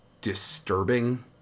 disturbing